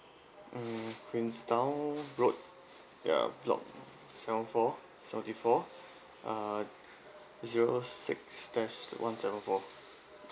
mm queenstown road ya block seven four seventy four uh zero six dash one seven four